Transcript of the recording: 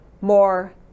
more